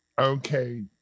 okay